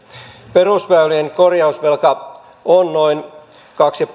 perusväylien korjausvelka on noin kaksi